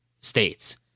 states